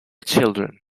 children